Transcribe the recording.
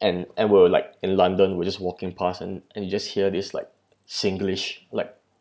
and and we were like in london we're just walking past and and you just hear this like singlish like